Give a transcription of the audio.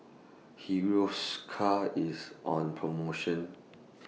Hiruscar IS on promotion